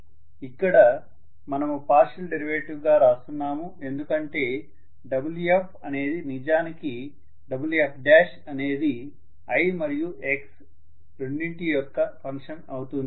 ఇక్కడ మనము partial derivative గా రాస్తున్నాము ఎందుకంటే Wf అనేది నిజానికి Wf అనేది i మరియు x రెండింటి యొక్క ఫంక్షన్ అవుతుంది